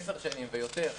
עשר שנים ויותר,